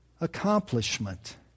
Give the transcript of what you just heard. accomplishment